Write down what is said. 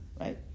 Right